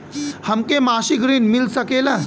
हमके मासिक ऋण मिल सकेला?